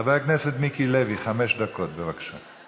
חבר הכנסת מיקי לוי, חמש דקות, בבקשה.